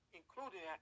including